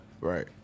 right